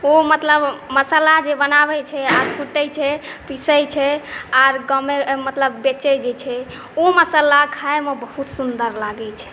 ओ मतलब मसाला जे बनाबैत छै आ कूटैत छै पीसैत छै आओर मतलब बेचैत जे छै ओ मसाला खाइमे बहुत सुन्दर लागैत छै